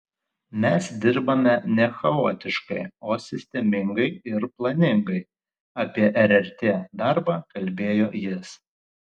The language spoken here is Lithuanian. mes dirbame ne chaotiškai o sistemingai ir planingai apie rrt darbą kalbėjo jis